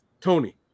Tony